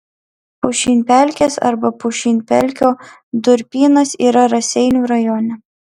pušynpelkės arba pušynpelkio durpynas yra raseinių rajone